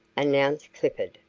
announced clifford,